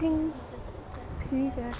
ठीक ऐ